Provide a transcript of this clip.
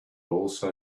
also